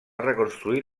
reconstruir